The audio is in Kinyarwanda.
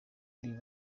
ari